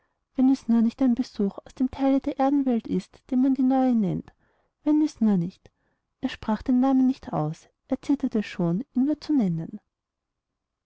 wenn es nur nicht ein besuch aus dem theile der erdenwelt ist die man die neue nennt wenn es nur nicht er sprach den namen nicht aus er zitterte schon ihn nur zu nennen